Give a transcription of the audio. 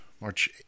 march